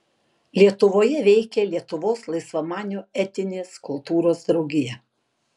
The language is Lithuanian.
lietuvoje veikė lietuvos laisvamanių etinės kultūros draugija